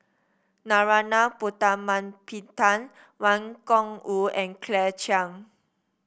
Narana Putumaippittan Wang Gungwu and Claire Chiang